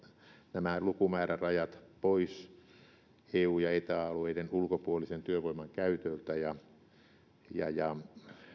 nämä lukumäärärajat eu ja eta alueiden ulkopuolisen työvoiman käytöltä ja ja